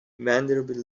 vanderbilt